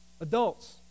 Adults